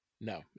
no